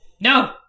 No